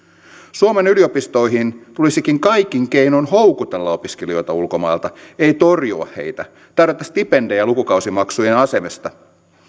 suomen yliopistoihin tulisikin kaikin keinoin houkutella opiskelijoita ulkomailta ei torjua heitä tarjota stipendejä lukukausimaksujen asemesta